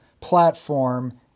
platform